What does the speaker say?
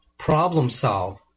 problem-solve